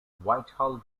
whitehall